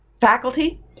faculty